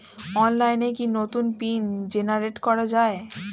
অনলাইনে কি নতুন পিন জেনারেট করা যায়?